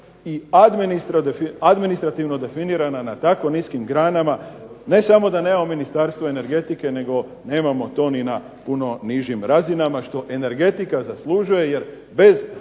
i administrativno definirana na tako niskim granama. Ne samo da nemamo ministarstvo energetike, nego nemamo to ni na puno nižim razinama, što energetika zaslužuje. Jer bez